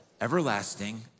everlasting